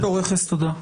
ד"ר רכס, תודה.